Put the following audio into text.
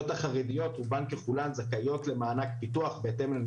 זאת אומרת,